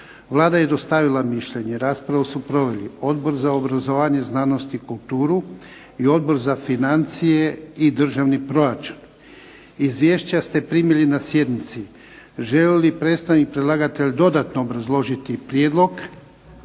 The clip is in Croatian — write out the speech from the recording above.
Vlada je dostavila mišljenje. Raspravu su proveli Odbor za obrazovanje, znanost i kulturu i Odbor za financije i državni proračun. Izvješća ste primili na sjednici. Želi li predstavnik predlagatelja dodatno obrazložiti prijedlog?